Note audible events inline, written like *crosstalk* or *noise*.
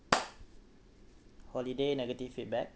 *noise* holiday negative feedback